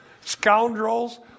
scoundrels